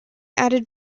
added